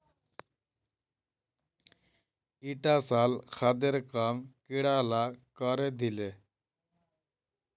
ईटा साल खादेर काम कीड़ा ला करे दिले